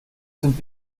sind